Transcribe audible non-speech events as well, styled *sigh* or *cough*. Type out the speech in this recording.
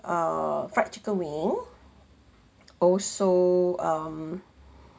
err fried chicken wing *noise* also um